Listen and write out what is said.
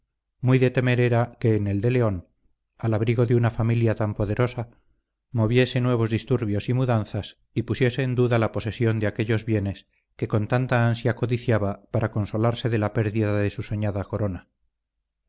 muy de temer era que en el de león al abrigo de una familia tan poderosa moviese nuevos disturbios y mudanzas y pusiese en duda la posesión de aquellos bienes que con tanta ansia codiciaba para consolarse de la pérdida de su soñada corona